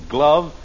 Glove